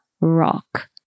rock